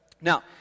Now